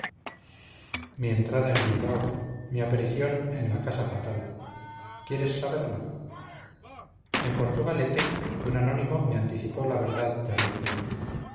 entrada en bilbao mi aparición en la casa fatal quieres saberla en portugalete un anónimo me anticipó la verdad terrible